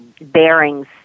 bearings